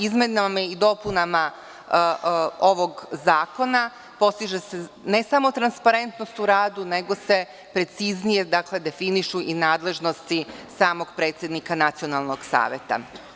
Izmenama i dopunama ovog zakona postiže se ne samo transparentnost u radu, nego se preciznije dakle definišu i nadležnosti samog predsednika Nacionalnog saveta.